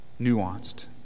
nuanced